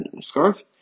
scarf